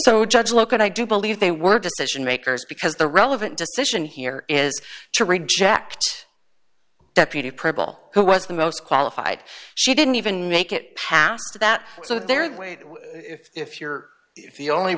so judge look at i do believe they were decision makers because the relevant decision here is to reject deputy purple who was the most qualified she didn't even make it past that so there are ways if you're the only